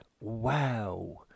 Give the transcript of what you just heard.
wow